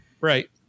Right